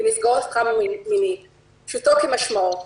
פשוטו כמשמעו.